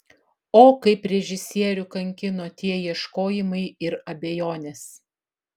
o kaip režisierių kankino tie ieškojimai ir abejonės